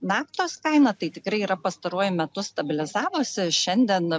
naftos kaina tai tikrai yra pastaruoju metu stabilizavosi šiandien